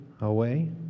away